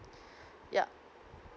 yup